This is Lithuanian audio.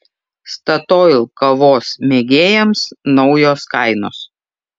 statoil kavos mėgėjams naujos kainos